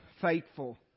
faithful